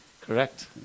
Correct